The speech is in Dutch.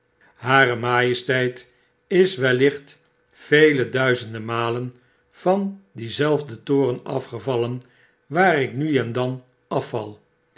gevangenissen haarmajesteit is wellicht vele duizenden malen van dienzelfden toren afgevallen waar ik nu en dan afval